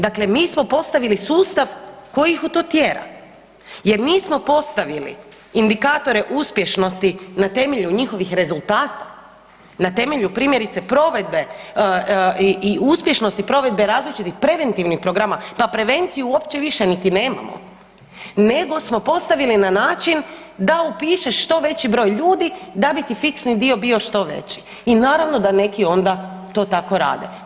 Dakle, mi smo postavili sustav koji ih u to tjera jer nismo postavili indikatore uspješnosti na temelju njihovih rezultata, na temelju primjerice provedbe i uspješnosti provedbe različitih preventivnih programa, pa prevenciju uopće više niti nemamo nego smo postavili na način da upišeš što veći broj ljudi da bi ti fiksni dio bio što veći i naravno da neki onda to tako rade.